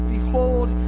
Behold